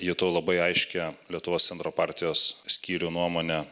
jutau labai aiškią lietuvos centro partijos skyrių nuomonę